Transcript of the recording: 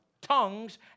tongues